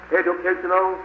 educational